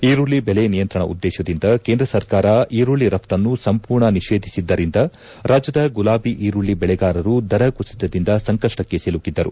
ಈರುಳ್ಳಿ ಬೆಲೆ ನಿಯಂತ್ರಣ ಉದ್ದೇಶದಿಂದ ಕೇಂದ್ರ ಸರ್ಕಾರ ಈರುಳ್ಳಿ ರಫ್ತನ್ನು ಸಂಪೂರ್ಣ ನಿಷೇಧಿಸಿದ್ದರಿಂದ ರಾಜ್ಯದ ಗುಲಾಬಿ ಈರುಳ್ಳಿ ಬೆಳೆಗಾರರು ದರ ಕುಸಿತದಿಂದ ಸಂಕಷ್ಟಕ್ಕೆ ಸಿಲುಕಿದ್ದರು